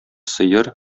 сыер